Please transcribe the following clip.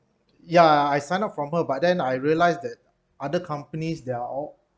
ya I signed up from her but then I realised that other companies they're all